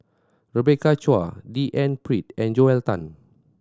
Rebecca Chua D N Pritt and Joel Tan